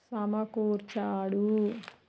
సమకూర్చాడు